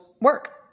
work